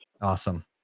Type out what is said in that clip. awesome